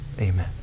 amen